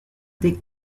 des